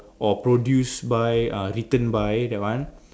or produced by uh written by that one